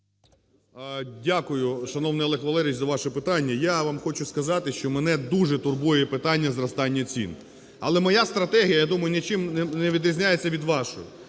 Дякую, шановний Олег Валерійович, за ваше питання. Я вам хочу сказати, що мене дуже турбує питання зростання цін. Але моя стратегія, я думаю, нічим не відрізняється від вашої.